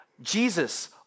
Jesus